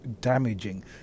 damaging